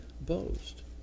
boast